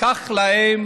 לקח להם